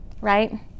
right